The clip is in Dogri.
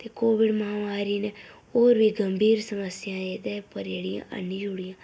ते कोविड महामारी नै होर बी गंभीर समस्या एह्दे पर जेह्ड़ियां आह्नी ओड़ियां